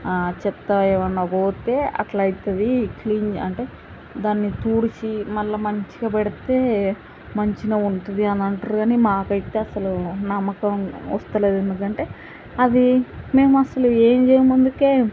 చెత్త ఏమైనా పోతే అట్లయితది క్లీన్ అంటే దాన్ని తుడిచి మళ్ళా మంచిగా పెడితే మంచిగానే ఉంటుంది అని అంటారు కానీ మాకైతే అసలు నమ్మకం వస్తలేదు ఎందుకంటే అది మేము అసలు ఏం చేయముందుకే